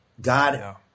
God